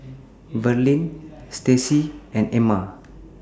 Verlin Stacey and Erna